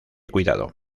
cuidado